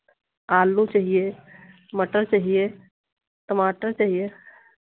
आलू चाहिए मटर चाहिए टमाटर चाहिए